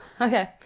Okay